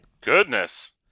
Goodness